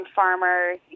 farmers